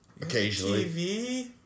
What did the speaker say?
occasionally